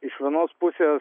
iš vienos pusės